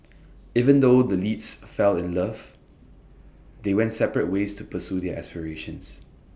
even though the leads fell in love they went separate ways to pursue their aspirations